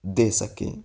دے سکیں